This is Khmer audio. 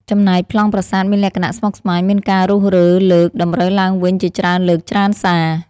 ចំណែកប្លង់ប្រាសាទមានលក្ខណៈស្មុកស្មាញ មានការរុះរើលើក តម្រូវឡើងវិញជាច្រើនលើកច្រើនសា ។